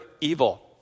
evil